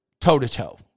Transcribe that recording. toe-to-toe